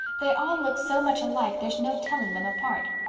they all look so much alike there's no telling them apart.